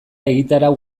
egitarau